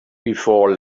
before